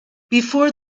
before